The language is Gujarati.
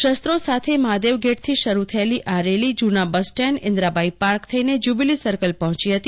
શલ્ત્રો સાથે મફાદેવ ગેટથી શરૂ થયેલી આ રેલી જુના બસ સ્ટેન્ડ ઇન્દ્રાબાઇ પાર્ક થઇને ઋ્યુબિલી સર્કલ પર્જોચી ફતી